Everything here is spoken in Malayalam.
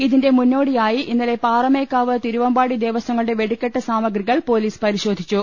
ഇതിന്റെ മുന്നോടിയായി ഇന്നലെ പാറമേക്കാവ് തിരുവമ്പാടി ദേവസ്ഥ ങ്ങളുടെ വെടിക്കെട്ട് സാമഗ്രികൾ പൊലീസ് പരിശോധിച്ചു